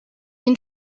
den